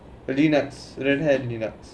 the Linux Red Hat Linux